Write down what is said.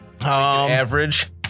Average